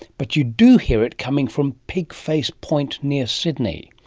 but you do hear it coming from pigface point near sydney.